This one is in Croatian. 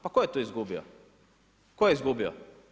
Pa tko je tu izgubio, tko je izgubio?